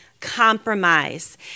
compromise